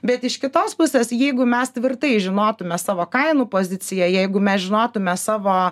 bet iš kitos pusės jeigu mes tvirtai žinotume savo kainų poziciją jeigu mes žinotume savo